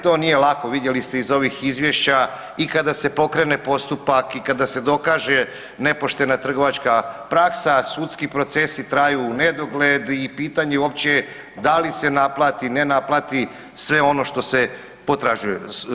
To nije lako, vidjeli ste iz ovih izvješća i kada se pokrene postupak i kada se dokaže nepoštena trgovačka praksa, sudski procesi traju u nedogled i pitanje uopće da li se naplati, ne naplati sve ono što se potražuje.